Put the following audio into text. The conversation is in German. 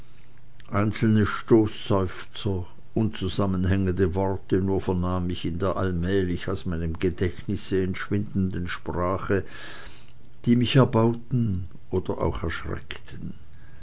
einzelne stoßseufzer unzusammenhängende worte nur vernahm ich in der allmählich aus meinem gedächtnisse entschwindenden sprache die mich erbauten oder auch erschreckten